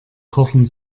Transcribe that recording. kochen